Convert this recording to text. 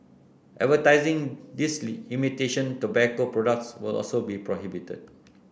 advertising these imitation tobacco products will also be prohibited